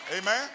Amen